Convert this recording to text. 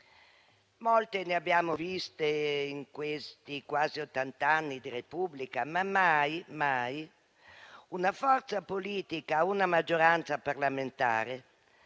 Molte ne abbiamo viste in questi quasi ottant'anni di Repubblica, ma mai - mai! - una forza politica, una maggioranza parlamentare,